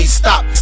stop